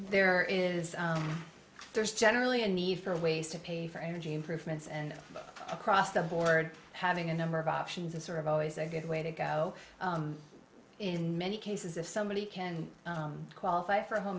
there is there's generally a need for ways to pay for energy improvements and across the board having a number of options and sort of always a good way to go in many cases if somebody can qualify for a home